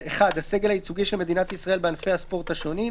1(1) הסגל הייצוגי של מדינת ישראל בענפי הספורט השונים,